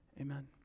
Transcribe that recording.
Amen